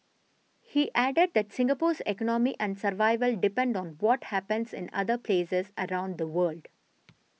he added that Singapore's economy and survival depend on what happens in other places around the world